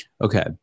okay